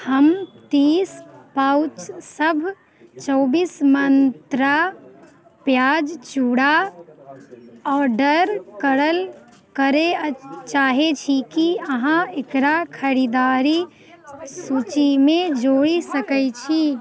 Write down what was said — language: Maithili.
हम तीस पाउचसब चौबिस मन्त्रा पिआज चूड़ा ऑडर करल करै चाहै छी कि अहाँ एकरा खरिदारी सूचीमे जोड़ि सकै छी